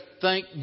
thank